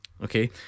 Okay